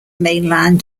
mainline